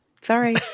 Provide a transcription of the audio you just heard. Sorry